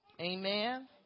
amen